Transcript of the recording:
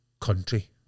country